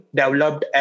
developed